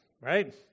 right